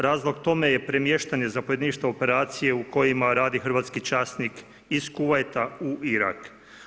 Razlog tome je premještanje zapovjedništva operacije u kojima radi hrvatski časnik iz Kuvajta u Irak.